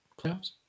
playoffs